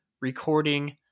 recording